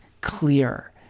clear